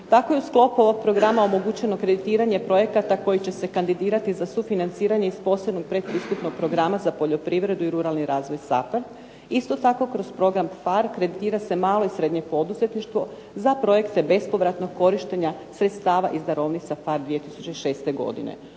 Tako je u sklopu ovog programa omogućeno kreditiranje projekata koji će se kandidirati za sufinanciranje iz posebnog pretpristupnog programa za poljoprivredu i ruralni razvoj SAP-a, isto tako kroz program FAR kreditira se malo i srednje poduzetništvo za projekte bespovratnog korištenja sredstava iz darovnica FAR iz 2006. godine.